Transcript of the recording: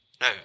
No